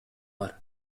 бар